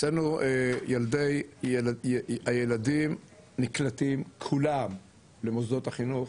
אצלנו הילדים נקלטים כולם למוסדות החינוך